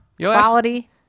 Quality